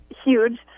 huge